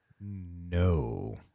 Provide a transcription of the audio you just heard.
No